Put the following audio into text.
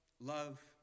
love